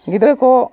ᱜᱤᱫᱽᱨᱟᱹ ᱠᱚ